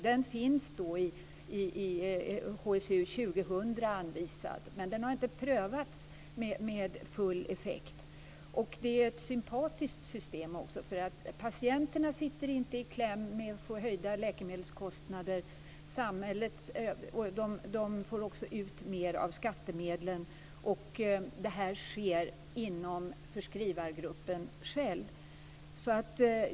Den finns anvisad i HSU 2000, men den har inte prövats med full effekt. Det är också ett sympatiskt system. Patienterna sitter inte i kläm med höjda läkemedelskostnader. De får också ut mer av skattemedlen, och det här sker inom förskrivargruppen själv.